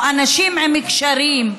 או אנשים עם קשרים,